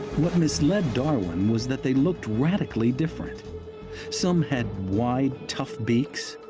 what misled darwin was that they looked radically different some had wide tough beaks,